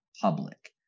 public